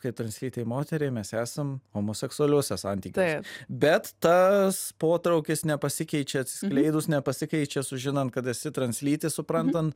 kaip translytei moteriai mes esam homoseksualiuose santykiuose bet tas potraukis nepasikeičia atskleidus nepasikeičia sužinant kad esi translytis suprantant